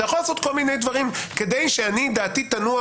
אתה יכול לעשות כל מיני דברים כדי שדעתי תנוח